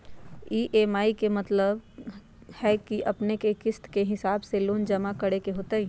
EMI के मतलब है कि अपने के किस्त के हिसाब से लोन जमा करे के होतेई?